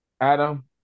Adam